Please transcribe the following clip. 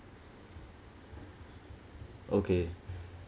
okay